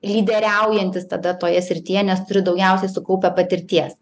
lyderiaujantis tada toje srityje nes turi daugiausiai sukaupę patirties